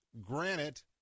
granite